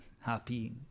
Happy